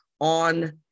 on